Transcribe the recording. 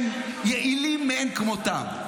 הם יעילים מאין כמותם,